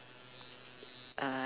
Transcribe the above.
uh